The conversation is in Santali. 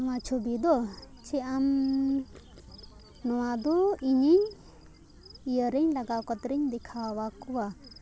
ᱱᱚᱣᱟ ᱪᱷᱚᱵᱤ ᱫᱚ ᱪᱮᱫ ᱟᱢ ᱱᱚᱣᱟ ᱫᱚ ᱤᱧᱤᱧ ᱤᱭᱟᱹᱨᱤᱧ ᱞᱟᱜᱟᱣ ᱠᱟᱛᱮᱧ ᱫᱮᱠᱷᱟᱣ ᱟᱠᱚᱣᱟ